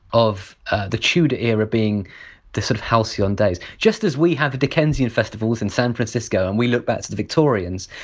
of ah the tudor era being sort of halcyon days. just as we have the dickensian festivals in san francisco and we look back to the victorians,